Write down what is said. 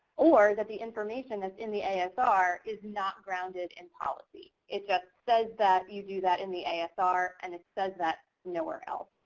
or, that the information that's in the asr is not grounded in policy. it just says that you do that in the asr and it says that nowhere else.